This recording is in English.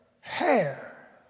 hair